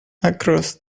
across